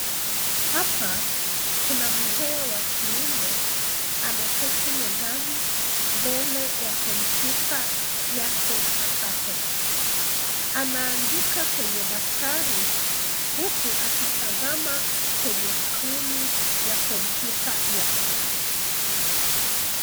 Hapa kuna mzee wa kiume ameketi mezani mbele ya kompyuta yake pakato. Anaandika kwenye daftari, huku akitazama kwenye skirini ya kompyuta yake.